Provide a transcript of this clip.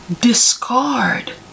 discard